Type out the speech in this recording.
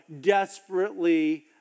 desperately